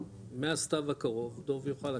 מהסתיו הקרוב דוב יוכל לקחת,